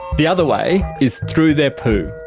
the other way is through their poo.